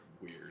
weird